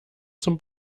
zum